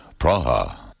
Praha